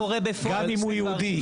גם אם הוא יהודי.